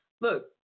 look